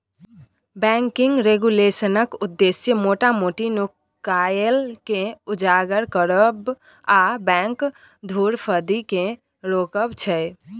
banking रेगुलेशनक उद्देश्य मोटा मोटी नुकाएल केँ उजागर करब आ बैंक धुरफंदी केँ रोकब छै